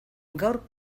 gaur